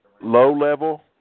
low-level